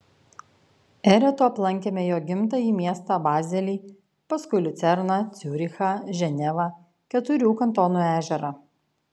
eretu aplankėme jo gimtąjį miestą bazelį paskui liucerną ciurichą ženevą keturių kantonų ežerą